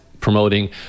promoting